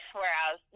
whereas